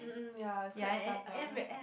um um ya it's quite tough ah